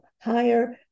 higher